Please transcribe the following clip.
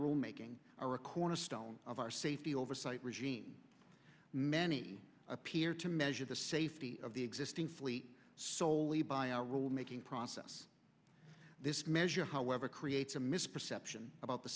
rule making are a cornerstone of our safety oversight regime many appear to measure the safety of the existing fleet soley by our rule making process this measure however creates a misperception about the